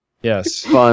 Yes